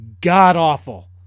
God-awful